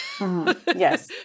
Yes